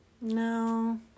No